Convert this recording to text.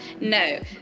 No